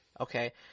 okay